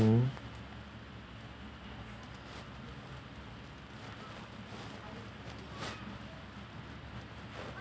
mm